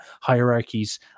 hierarchies